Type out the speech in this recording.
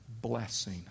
blessing